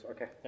Okay